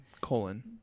colon